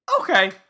okay